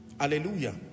Hallelujah